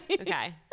Okay